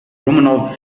romanov